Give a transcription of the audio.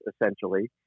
essentially